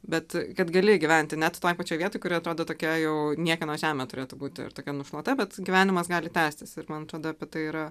bet kad gali gyventi net toj pačioj vietoj kuri atrodo tokia jau niekieno žemė turėtų būti ir tokia nušluota bet gyvenimas gali tęstis ir man atrodo tai yra